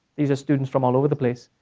these are students from all over the place.